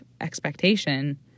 expectation